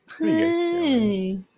Hey